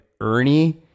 Ernie